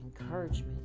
encouragement